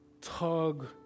tug